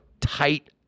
tight